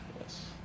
Yes